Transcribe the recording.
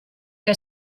que